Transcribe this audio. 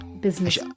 business